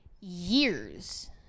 years